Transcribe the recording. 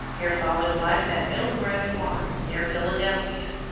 here followed life at mill grove farm, near philadelphia.